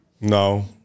No